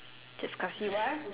discuss what